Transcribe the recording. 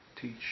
teach